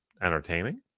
entertaining